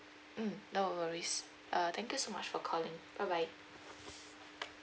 mm no worries uh thank you so much for calling bye bye